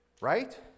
Right